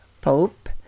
Pope